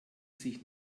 sich